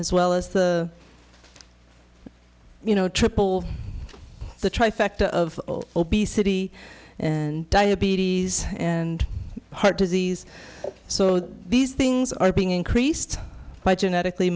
as well as the you know triple the trifecta of obesity and diabetes and heart disease so these things are being increased by genetically